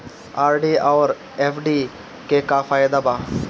RD आउर FD के का फायदा बा?